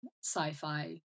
sci-fi